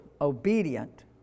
obedient